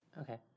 Okay